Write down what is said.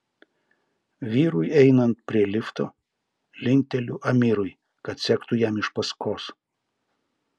vyrui einant prie lifto linkteliu amirui kad sektų jam iš paskos